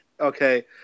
Okay